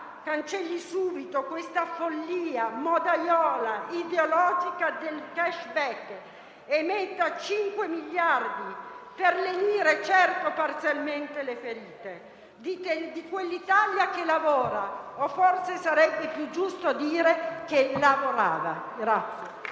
cancelli subito questa follia modaiola e ideologica del *cashback* e metta 5 miliardi per lenire - certo, parzialmente - le ferite di quell'Italia che lavora (o, forse, sarebbe più giusto dire che lavorava).